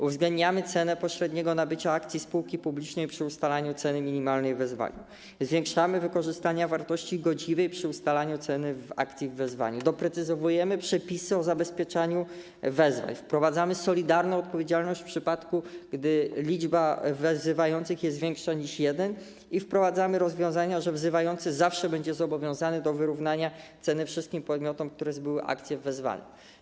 Uwzględniamy cenę pośredniego nabycia akcji spółki publicznej przy ustalaniu ceny minimalnej wezwania, zwiększamy wykorzystania wartości godziwej przy ustalaniu ceny akcji w wezwaniu, doprecyzowujemy przepisy o zabezpieczaniu wezwań, wprowadzamy solidarną odpowiedzialność, w przypadku gdy liczba wzywających jest większa niż jeden, i rozwiązania, że wzywający zawsze będzie zobowiązany do wyrównania ceny wszystkim podmiotom, które zbyły akcje w wezwaniu.